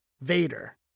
Vader